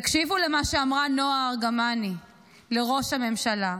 תקשיבו למה שאמרה נועה ארגמני לראש הממשלה,